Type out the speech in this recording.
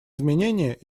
изменения